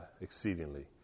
exceedingly